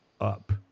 up